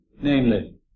namely